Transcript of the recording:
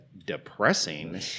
Depressing